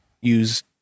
use